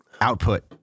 output